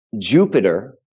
Jupiter